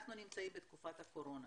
אנחנו נמצאים בתקופת קורונה,